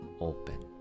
open